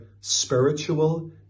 spiritual